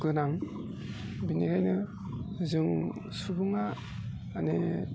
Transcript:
गोनां बिनिखायनो जों सुबुङा माने